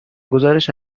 گزارش